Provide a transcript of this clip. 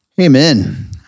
Amen